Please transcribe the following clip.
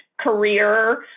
career